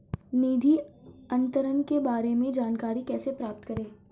निधि अंतरण के बारे में जानकारी कैसे प्राप्त करें?